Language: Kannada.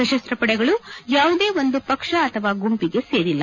ಸಶಸ್ತ ಪಡೆಗಳು ಯಾವುದೇ ಒಂದು ಪಕ್ಷ ಅಥವಾ ಗುಂಪಿಗೆ ಸೇರಿಲ್ಲ